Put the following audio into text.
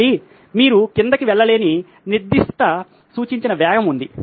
కాబట్టి మీరు క్రిందకు వెళ్ళలేని నిర్దిష్ట సూచించిన వేగం ఉంది